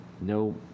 no